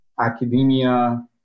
academia